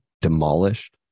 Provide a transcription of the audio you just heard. demolished